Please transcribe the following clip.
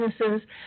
businesses